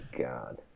god